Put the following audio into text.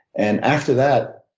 and after that,